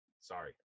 sorry